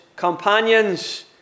companions